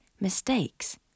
mistakes